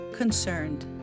concerned